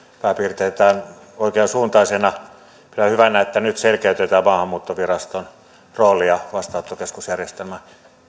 pääpiirteiltään oikean suuntaisena pidän hyvänä että nyt selkeytetään maahanmuuttoviraston roolia vastaanottokeskusjärjestelmän